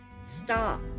stop